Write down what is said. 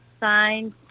signed